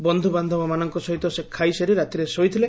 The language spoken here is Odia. ବନ୍ଧୁବାନ୍ଧବ ମାନଙ୍କ ସହିତ ସେ ଖାଇସାରି ରାତିରେ ଶୋଇଥିଲେ